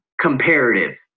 comparative